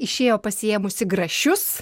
išėjo pasiėmusi grašius